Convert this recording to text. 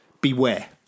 beware